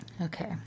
Okay